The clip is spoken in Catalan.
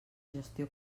gestió